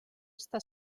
està